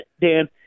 Dan